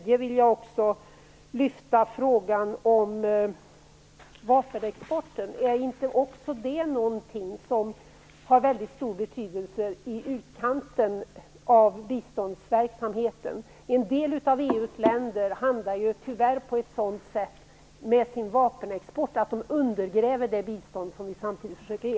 Jag vill också ta upp frågan om vapenexporten. Är inte också det något som har stor betydelse i utkanten av biståndsverksamheten? En del av EU:s länder handlar tyvärr på ett sådant sätt med sin vapenexport att de undergräver det bistånd vi försöker ge.